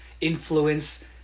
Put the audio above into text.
influence